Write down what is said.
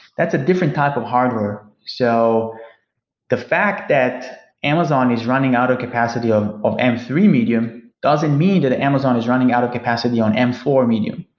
that's a different type of hardware. so the fact that amazon is running out of capacity of m three medium doesn't mean that amazon is running out of capacity on m four medium.